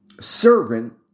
servant